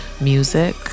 music